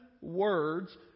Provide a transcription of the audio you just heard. words